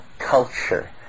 culture